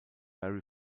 barry